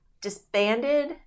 disbanded